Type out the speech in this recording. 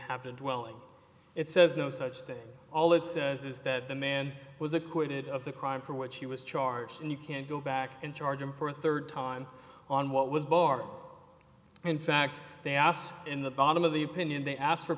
happened well it says no such thing all it says is that the man was acquitted of the crime for which he was charged and you can go back and charge him for a third time on what was bar in fact they asked in the bottom of the opinion they asked for